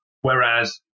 whereas